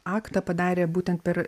aktą padarė būtent per